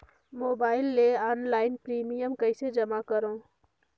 Mobile ले online premium कइसे जमा करों?